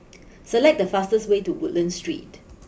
select the fastest way to Woodlands Street